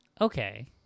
Okay